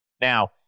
Now